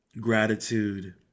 gratitude